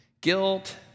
Guilt